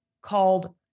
called